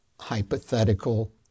hypothetical